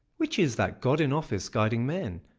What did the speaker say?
which is that god in office, guiding men?